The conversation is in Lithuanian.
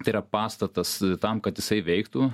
tai yra pastatas tam kad jisai veiktų